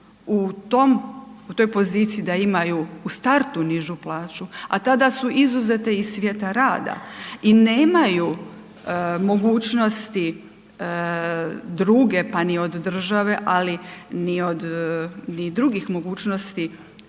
u toj poziciji da imaju u startu nižu plaću, a tada su izuzete iz svijeta rada, i nemaju mogućnosti druge pa ni od države, ali ni od drugih mogućnosti